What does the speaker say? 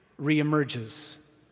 reemerges